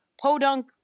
podunk